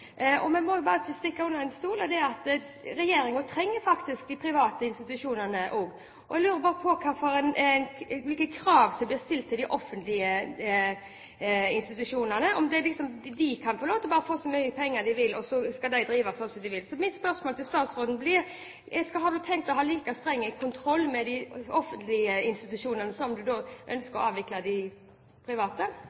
stikke under stol at regjeringen faktisk også trenger de private institusjonene. Jeg vil da spørre statsråden: Hvilke krav blir stilt til de offentlige institusjonene? Kan de få så mye penger de vil, og drive som de vil? Har SV tenkt å ha like streng kontroll med de offentlige institusjonene som med de private, som de ønsker å avvikle? En påstand blir ikke mer sann av å